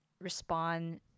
respond